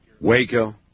Waco